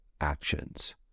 actions